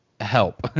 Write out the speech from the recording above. help